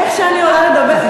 איך שאני עולה לדבר.